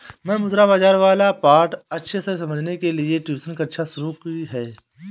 मैंने मुद्रा बाजार वाला पाठ अच्छे से समझने के लिए ट्यूशन कक्षा शुरू की है